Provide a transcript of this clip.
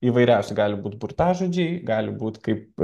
įvairiausi gali būti burtažodžiai gali būti kaip